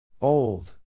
Old